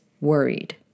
worried